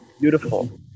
beautiful